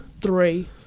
Three